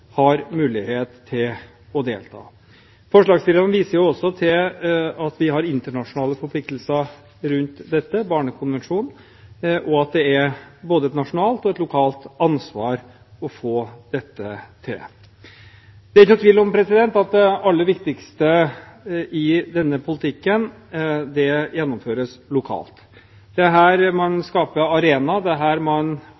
har mulighet til å delta. Forslagsstillerne viser også til at vi har internasjonale forpliktelser rundt dette – Barnekonvensjonen – og at det er både et nasjonalt og et lokalt ansvar å få dette til. Det er ikke noen tvil om at det aller viktigste i denne politikken gjennomføres lokalt. Det